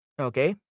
Okay